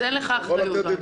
אז אין לך אחריות גם.